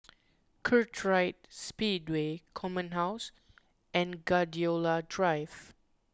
Kartright Speedway Command House and Gladiola Drive